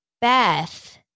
Beth